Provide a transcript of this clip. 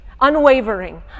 unwavering